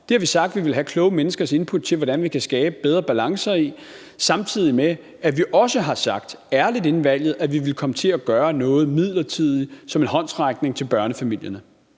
Det har vi sagt vi gerne ville have kloge menneskers input til, nemlig hvordan vi kan skabe bedre balancer i, samtidig med at vi også har sagt ærligt inden valget, at vi ville komme til at gøre noget midlertidigt som en håndsrækning til børnefamilierne.